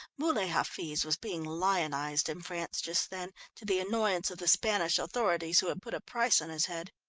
muley hafiz was being lionised in france just then, to the annoyance of the spanish authorities who had put a price on his head.